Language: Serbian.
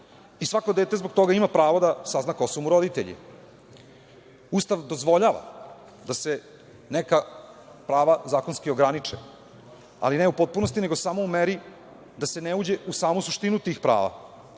i svako dete zbog toga ima pravo da sazna ko su mu roditelji. Ustav dozvoljava da se neka prava zakonski ograniče, ali ne u potpunosti nego u meri da se ne uđe u samu suštinu tih prava.